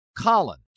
Colin